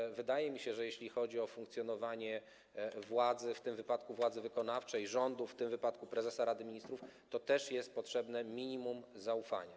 I wydaje mi się, że jeśli chodzi o funkcjonowanie władzy, w tym wypadku władzy wykonawczej, rządu, w tym wypadku prezesa Rady Ministrów, to też jest potrzebne minimum zaufania.